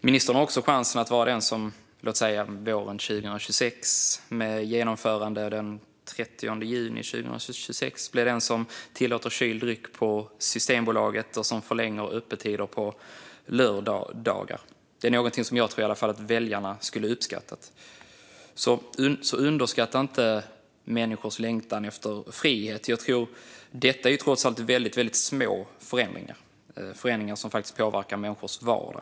Ministern har också chansen att bli den som, låt säga under våren 2026 med genomförande den 30 juni 2026, tillåter att kyld dryck säljs på Systembolaget och som förlänger öppettiderna på lördagar. Det tror jag att väljarna skulle uppskatta. Underskatta inte människors längtan efter frihet. Detta är trots allt väldigt små förändringar, men förändringar som påverkar människors vardag.